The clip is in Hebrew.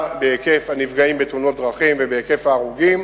בהיקף הנפגעים בתאונות דרכים ובהיקף ההרוגים,